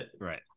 right